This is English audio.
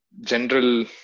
general